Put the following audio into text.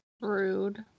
Rude